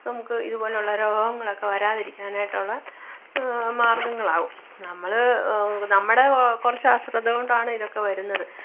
നമുക്ക് ഇതുപോലുള്ള രോഗങ്ങളൊക്കെ വരാതിരിക്കാനായിട്ടുള്ള മാര്ഗങ്ങളാവും നമ്മള് നമ്മുടെ കൊ കുറച്ച് അശ്രദ്ധ കൊണ്ടാണ് ഇതൊക്കെ വരുന്നത്